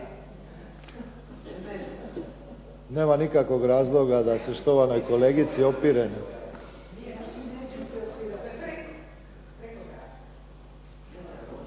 nema nikakvog razloga da se štovanoj kolegici …